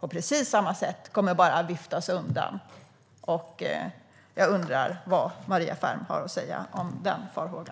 bara kommer att viftas undan på precis samma sätt. Jag undrar vad Maria Ferm har att säga om den farhågan.